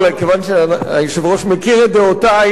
כיוון שהיושב-ראש מכיר את דעותי,